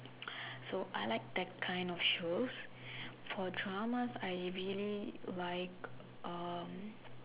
so I like that kind of shows for dramas I really like um